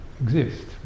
exist